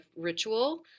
ritual